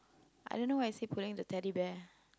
I don't know why is he pulling the Teddy Bear